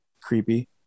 creepy